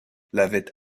lavait